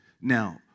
Now